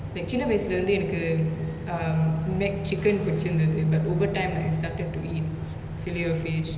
like சின்ன வயசுல இருந்தே எனக்கு:sinna vayasula irunthe enaku um make chicken புடிச்சிருந்துது:pudichirunthuthu but over time I start to eat fillet O fish